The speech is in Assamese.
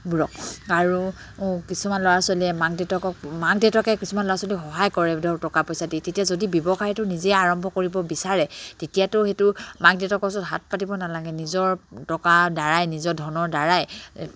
বোৰক আৰু কিছুমান ল'ৰা ছোৱালীয়ে মাক দেউতাকক মাক দেউতাকে কিছুমান ল'ৰা ছোৱালীক সহায় কৰে ধৰক টকা পইচা দি তেতিয়া যদি ব্যৱসায়টো নিজে আৰম্ভ কৰিব বিচাৰে তেতিয়াতো সেইটো মাক দেউতাকৰ ওচৰত হাত পাতিব নালাগে নিজৰ টকা দ্বাৰাই নিজৰ ধনৰ দ্বাৰাই